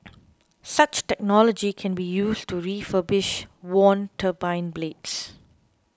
such technology can be used to refurbish worn turbine blades